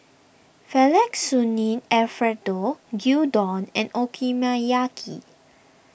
Fettuccine Alfredo Gyudon and Okonomiyaki